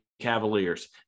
Cavaliers